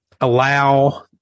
allow